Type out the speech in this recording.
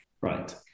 Right